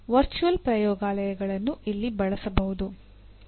virtual ಪ್ರಯೋಗಾಲಯಗಳನ್ನು ಇಲ್ಲಿ ಬಳಸಬಹುದು